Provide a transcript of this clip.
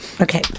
Okay